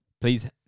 Please